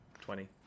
Twenty